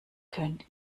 könnt